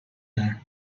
are